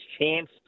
chance